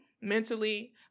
mentally